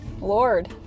Lord